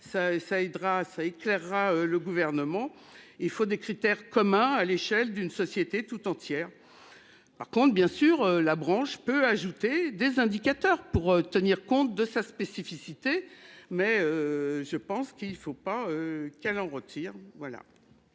ça éclairera le gouvernement, il faut des critères communs à l'échelle d'une société tout entière. Par contre bien sûr la branche peut ajouter des indicateurs pour tenir compte de sa spécificité mais. Je pense qu'il ne faut pas qu'elle en retire.